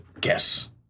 guess